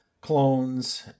clones